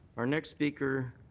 our next speaker